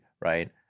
right